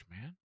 man